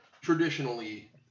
traditionally